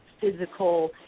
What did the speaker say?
physical